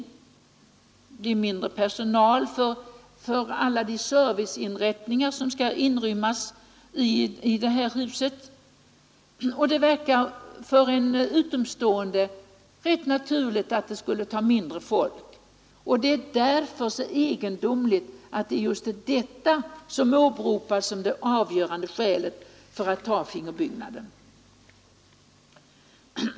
Därmed klarar man sig med mindre personal för alla de serviceinrättningar som skall inrymmas i huset. För en utomstående verkar det rätt naturligt att det då skulle krävas färre antal anställda. Därför är det så egendomligt att just detta åberopas som det avgörande skälet för att man väljer fingerbyggnaden.